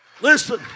Listen